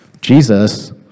Jesus